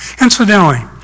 Incidentally